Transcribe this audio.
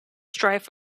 strife